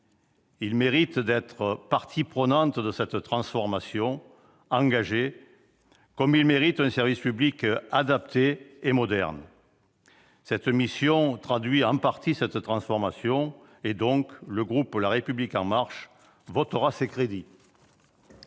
Ils méritent d'être partie prenante à la transformation engagée, comme ils méritent un service public adapté et moderne. Cette mission traduit en partie cette transformation. Par conséquent, le groupe La République En Marche votera ses crédits.